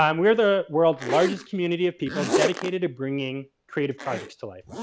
um we are the world's largest community of people dedicated to bringing creative projects to life.